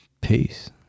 Peace